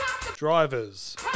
Drivers